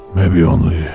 maybe only.